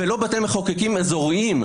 ולא בתי מחוקקים אזוריים,